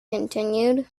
continued